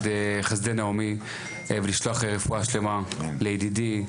'חסדי נעמי' ולשלוח רפואה שלמה לידידי,